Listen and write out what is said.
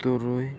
ᱛᱩᱨᱩᱭ